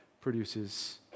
produces